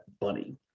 bunny